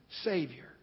Savior